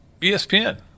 ESPN